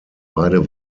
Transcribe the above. beide